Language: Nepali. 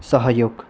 सहयोग